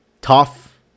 tough